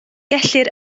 gellir